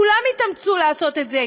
כולם יתאמצו לעשות את זה,